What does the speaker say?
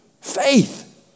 Faith